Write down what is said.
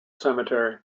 cemetery